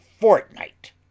fortnight